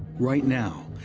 right now,